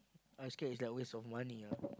I scared is like waste of money ah